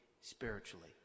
spiritually